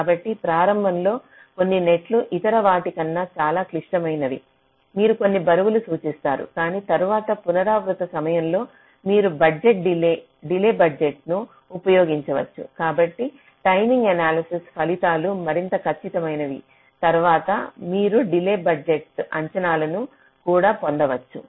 కాబట్టి ప్రారంభంలో కొన్ని నెట్లు ఇతర వాటి కన్నా చాలా క్లిష్టమైనవి మీరు కొన్ని బరువులు సూచిస్తారు కానీ తరువాత పునరావృత సమయంలో మీరు డిలే బడ్జెట్ల ను ఉపయోగించవచ్చు కాబట్టి టైమింగ్ ఎనాలసిస్ ఫలితాలు మరింత ఖచ్చితమైన తర్వాత మీరు డిలే బడ్జెట్ అంచనాలను కూడా పొందవచ్చు